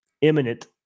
imminent